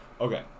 Okay